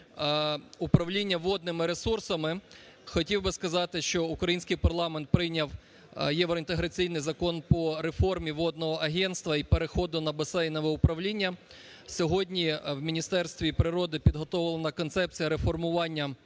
управління водними ресурсами, хотів би сказати, що український парламент прийняв євроінтеграційний закон по реформі Водного агентства і переходу на басейнове управління. Сьогодні в Міністерстві природи підготовлена концепція реформування